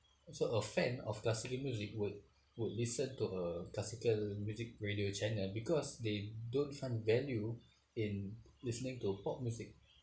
so a fan of classical music would would listen to a classical music radio channel because they don't find value in listening to pop music